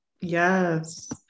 yes